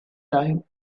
time